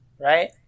right